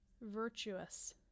virtuous